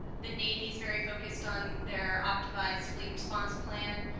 the navy's very focused on their optimized fleet response plan,